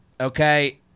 Okay